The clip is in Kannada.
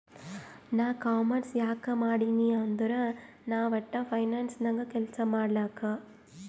ನಾ ಕಾಮರ್ಸ್ ಯಾಕ್ ಮಾಡಿನೀ ಅಂದುರ್ ನಾ ವಟ್ಟ ಫೈನಾನ್ಸ್ ನಾಗ್ ಕೆಲ್ಸಾ ಮಾಡ್ಲಕ್